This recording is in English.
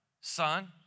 Son